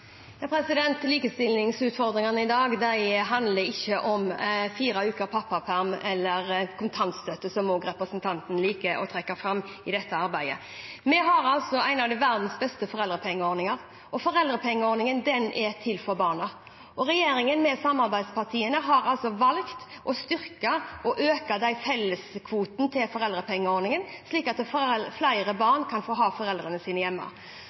Likestillingsutfordringene i dag handler ikke om fire uker med pappaperm eller kontantstøtte, som representanten Trettebergstuen også liker å trekke fram i dette arbeidet. Vi har en av verdens beste foreldrepengeordninger, og foreldrepengeordningen er til for barna. Regjeringen, sammen med samarbeidspartiene, har valgt å øke foreldrepengeordningens felleskvote, slik at flere barn kan få ha foreldrene sine hjemme.